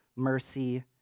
mercy